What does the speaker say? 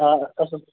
آ اَصٕل